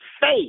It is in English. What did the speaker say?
faith